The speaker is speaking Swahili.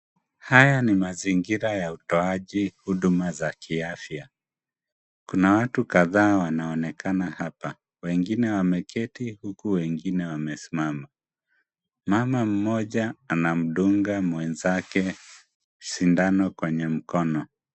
Haya ni mazingira ya utoaji huduma za kiafya, kuna watu kadhaa wanaonekana hapa wengine wameketi huku wengine wamesimama ,mama mmoja anamdunga mwenzake sindano kwenye mkono.